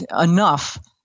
enough